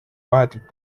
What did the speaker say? vahetult